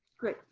great,